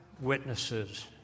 witnesses